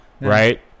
right